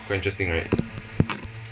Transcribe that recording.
quite interesting right